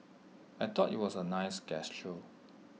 I thought IT was A nice gesture